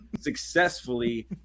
successfully